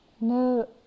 No